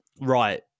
Right